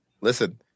Listen